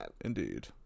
Indeed